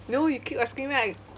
no you keep asking right